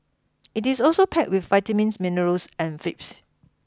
it is also packed with vitamins minerals and